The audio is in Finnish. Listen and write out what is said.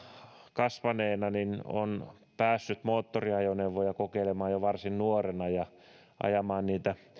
kasvaneena on päässyt moottoriajoneuvoja kokeilemaan jo varsin nuorena ja ajamaan niitä